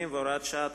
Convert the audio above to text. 170 והוראת שעה),